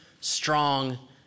strong